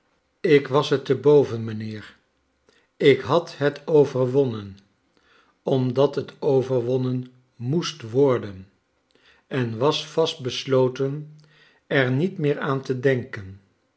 ik was het te boven mijnheer ik had l et overwonnen omdat het overwonnen m o e s t worden en was vastbesloten er niet meer aan te denken